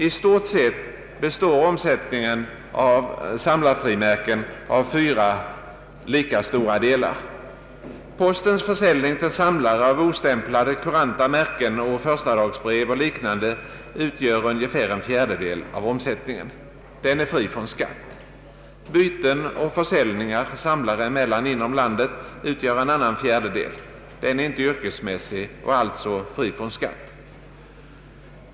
I stort sett består omsättningen av samlarfrimärken av fyra lika stora delar. Postens försäljning till samlare av ostämplade kuranta märken och av förstadagsbrev och liknande utgör ungefär en fjärdedel av omsättningen. Den är fri från skatt. Byten och försäljningar samlare emellan inom landet utgör en annan fjärdedel. Den är inte yrkesmässig och alltså fri från skatt.